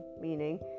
meaning